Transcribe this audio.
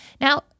Now